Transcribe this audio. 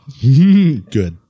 good